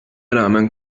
rağmen